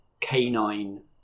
canine